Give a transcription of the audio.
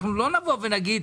אנחנו לא נבוא ונגיד,